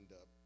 up